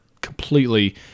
completely